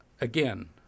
Again